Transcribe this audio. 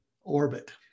orbit